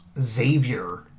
Xavier